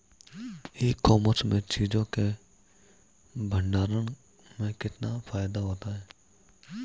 ई commerce में चीज़ों के भंडारण में कितना फायदा होता है?